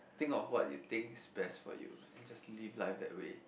think of what you think is best for you and just live life that way